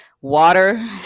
water